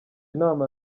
inama